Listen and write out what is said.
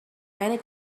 many